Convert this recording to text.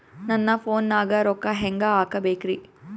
ನನ್ನ ಫೋನ್ ನಾಗ ರೊಕ್ಕ ಹೆಂಗ ಹಾಕ ಬೇಕ್ರಿ?